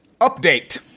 Update